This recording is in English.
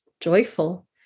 joyful